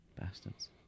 bastards